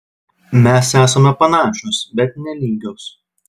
mes esame panašios bet ne lygios